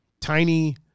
tiny